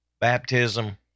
baptism